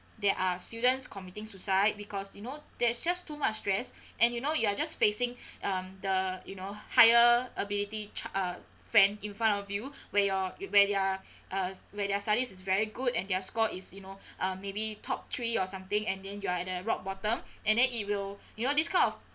there are students committing suicide because you know there's just too much stress and you know you are just facing um the you know higher ability c~ uh friend in front of you where you're where their uh where their studies is very good and their score is you know uh maybe top three or something and then you are at the rock bottom and then it will you know this kind of